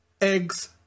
eggs